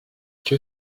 que